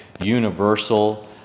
universal